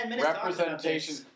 representation